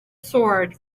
sword